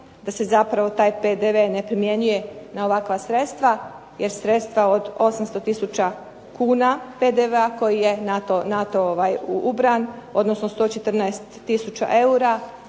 da se zapravo taj PDV ne primjenjuje na ovakva sredstva jer sredstva od 800 tisuća kuna PDV koji je na to ubran, odnosno 114 tisuća